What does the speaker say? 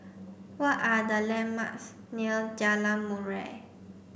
what are the landmarks near Jalan Murai